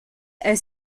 est